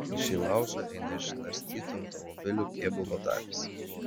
į šį laužą eina išnarstytų automobilių kėbulo dalys